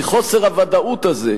כי חוסר הוודאות הזה